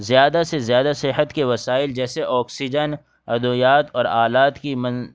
زیادہ سے زیادہ صحت کے وسائل جیسے آکسیجن ادویات اور آلات کی من